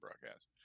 broadcast